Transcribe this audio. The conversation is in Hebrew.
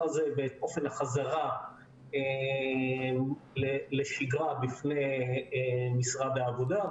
הזה באופן החזרה לשגרה בפני משרד העבודה,